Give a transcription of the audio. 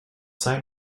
sign